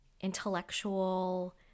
intellectual